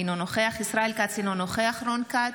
אינו נוכח ישראל כץ, אינו נוכח רון כץ,